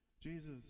Jesus